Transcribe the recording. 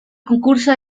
concurso